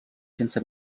sense